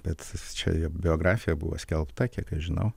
bet čia jo biografija buvo skelbta kiek aš žinau